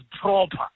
proper